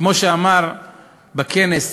כמו שאמר בכנס